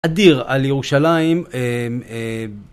אדיר על ירושלים